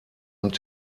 und